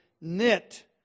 knit